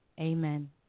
amen